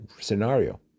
scenario